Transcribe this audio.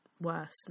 worse